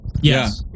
Yes